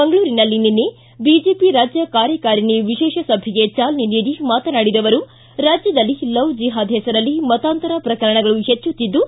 ಮಂಗಳೂರಿನಲ್ಲಿ ನಿನ್ನೆ ಬಿಜೆಪಿ ರಾಜ್ಯ ಕಾರ್ಯಕಾರಿಣಿ ವಿಶೇಷ ಸಭೆಗೆ ಚಾಲನೆ ನೀಡಿ ಮಾತನಾಡಿದ ಅವರು ರಾಜ್ಯದಲ್ಲಿ ಲವ್ ಜಿಹಾದ್ ಹೆಸರಲ್ಲಿ ಮತಾಂತರ ಪ್ರಕರಣಗಳು ಹೆಚ್ಚುತ್ತಿದ್ದು